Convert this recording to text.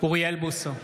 אוריאל בוסו,